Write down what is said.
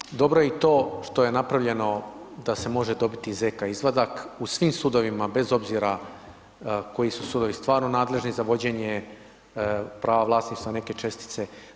Međutim, dobro je i to što je napravljeno da se može dobiti ZK izvadak, u svim sudovima, bez obzira, koji su sudovi stvarno nadležni za vođenje prava vlasništva neke čestice.